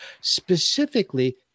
specifically